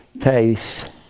Taste